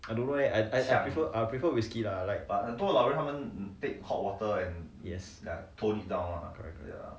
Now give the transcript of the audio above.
I don't know leh I I prefer prefer whisky lah I like yes correct correct